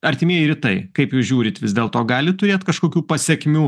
artimieji rytai kaip jūs žiūrit vis dėl to gali turėt kažkokių pasekmių